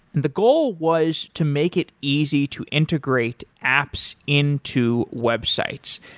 the goal was to make it easy to integrate apps into websites,